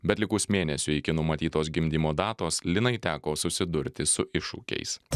bet likus mėnesiui iki numatytos gimdymo datos linai teko susidurti su iššūkiais